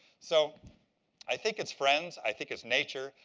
so i think it's friends. i think it's nature.